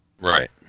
right